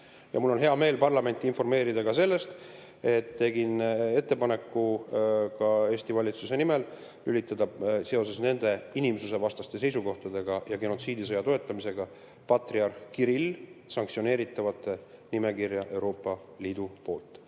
mul on hea meel parlamenti informeerida sellest, et tegin Eesti valitsuse nimel ettepaneku lülitada seoses inimsusvastaste seisukohtade ja genotsiidisõja toetamisega patriarh Kirill sanktsioneeritavate nimekirja Euroopa Liidu poolt